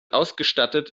ausgestattet